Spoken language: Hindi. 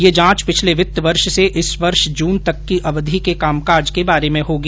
यह जांच पिछले वित्त वर्ष से इस वर्ष जून तक की अवधि के काम काज के बारे में होगी